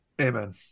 amen